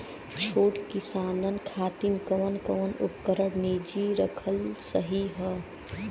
छोट किसानन खातिन कवन कवन उपकरण निजी रखल सही ह?